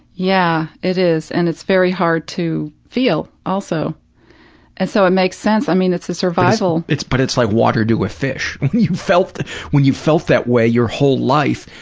yeah, it is, and it's very hard to feel, also and so, it makes sense, i mean it's a survival paul but it's like water to a fish when you felt when you felt that way your whole life,